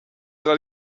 era